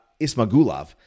Ismagulov